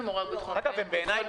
אחראי.